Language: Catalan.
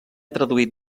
traduït